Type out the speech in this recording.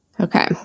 Okay